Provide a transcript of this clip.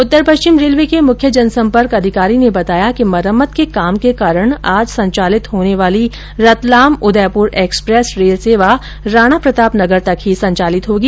उत्तर पश्चिम रेलवे के मुख्य जनसंपर्क अधिकारी ने बताया कि मरम्मत के काम के कारण आज संचालित होने वाली रतलाम उदयप्र एक्सप्रेस रेलसेवा राणा प्रताप नगर तक ही संचालित होगी